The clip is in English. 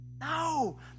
no